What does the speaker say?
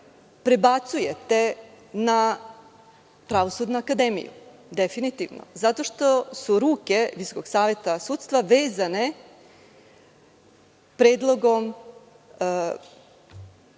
prebacujete na Pravosudnu akademiju zato što su ruke Visokog saveta sudstva vezane predlogom